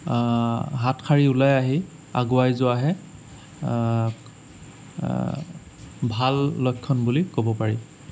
হাত সাৰি ওলাই আহি আগুৱাই যোৱাহে ভাল লক্ষণ বুলি ক'ব পাৰি